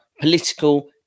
political